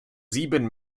sieben